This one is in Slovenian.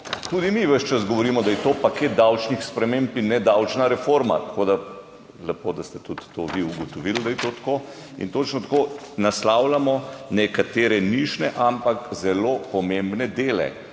Tudi mi ves čas govorimo, da je to paket davčnih sprememb in ne davčna reforma, tako da, lepo, da ste tudi to vi ugotovili, da je to tako in točno tako. Naslavljamo nekatere nišne, ampak zelo pomembne dele